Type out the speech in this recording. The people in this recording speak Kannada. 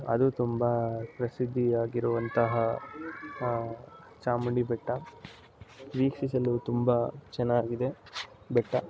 ಅದು ತುಂಬಾ ಪ್ರಸಿದ್ಧಿಯಾಗಿರುವಂತಹ ಚಾಮುಂಡಿ ಬೆಟ್ಟ ವೀಕ್ಷಿಸಲು ತುಂಬ ಚೆನ್ನಾಗಿದೆ ಬೆಟ್ಟ